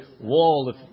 wall